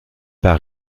pas